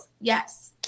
Yes